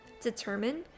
determine